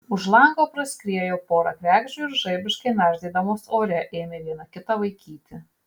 už lango praskriejo pora kregždžių ir žaibiškai nardydamos ore ėmė viena kitą vaikyti